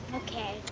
okay.